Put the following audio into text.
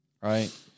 right